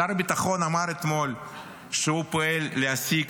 שר הביטחון אמר אתמול שהוא פועל להשיג